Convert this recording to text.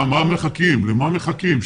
למה מחכים?